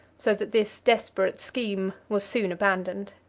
so that this desperate scheme was soon abandoned.